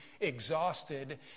exhausted